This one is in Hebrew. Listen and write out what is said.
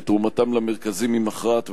ותרומתם למרכזים היא מכרעת וחשובה.